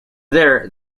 there